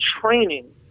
training